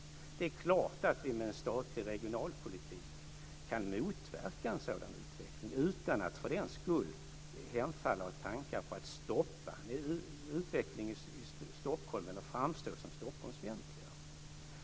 Det är klart att vi med en statlig regionalpolitik kan motverka en sådan utveckling utan att för den skull hemfalla åt tankar på att stoppa utvecklingen i Stockholm eller framstå som Stockholmsfientliga.